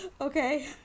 Okay